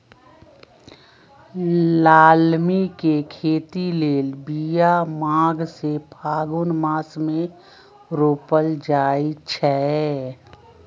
लालमि के खेती लेल बिया माघ से फ़ागुन मास मे रोपल जाइ छै